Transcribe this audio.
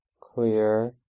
clear